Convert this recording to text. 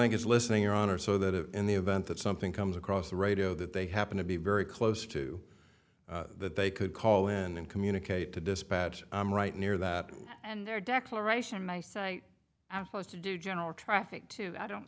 think is listening or honor so that it in the event that something comes across the radio that they happen to be very close to that they could call in and communicate to dispatch i'm right near that and their declaration my site has to do general traffic to i don't